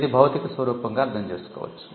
ఇది భౌతిక స్వరూపoగా అర్థం చేసుకోవచ్చు